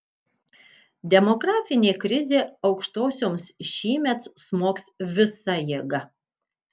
demografinė krizė aukštosioms šįmet smogs visa jėga